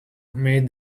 made